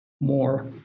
more